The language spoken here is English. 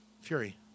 Fury